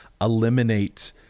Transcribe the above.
eliminate